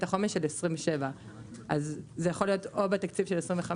החומש של 2027. אז זה יכול להיות או בתקציב של 2025